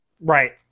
Right